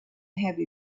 have